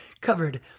covered